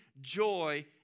joy